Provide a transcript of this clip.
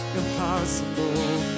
impossible